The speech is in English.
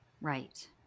Right